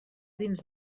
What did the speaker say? dins